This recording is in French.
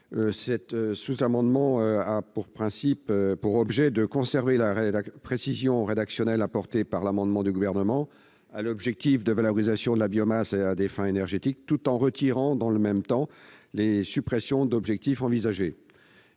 Ce sous-amendement a pour objet de conserver la précision rédactionnelle apportée par l'amendement du Gouvernement à l'objectif de « valorisation de la biomasse à des fins énergétiques », tout en retirant les suppressions d'objectifs envisagées.